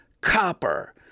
copper